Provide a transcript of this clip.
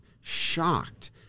shocked